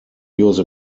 use